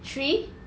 three